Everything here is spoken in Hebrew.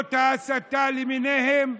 ממשלות ההסתה למיניהן,